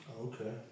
Okay